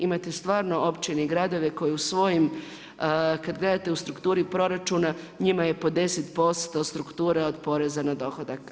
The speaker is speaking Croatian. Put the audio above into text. Imate stvarno općine i gradove koji u svojim kad gledate u strukturi proračuna, njima je po 10% struktura od poreza na dohodak.